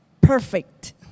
perfect